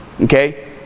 okay